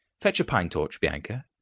fetch a pine torch, bianca.